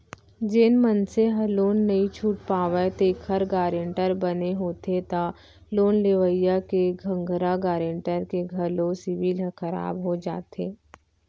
जेन मनसे ह लोन नइ छूट पावय तेखर गारेंटर बने होथे त लोन लेवइया के संघरा गारेंटर के घलो सिविल ह खराब हो जाथे